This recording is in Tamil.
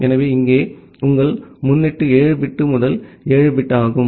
எனவே இங்கே உங்கள் முன்னொட்டு 7 பிட் முதல் 7 பிட் ஆகும்